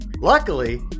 Luckily